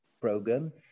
program